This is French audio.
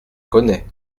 connais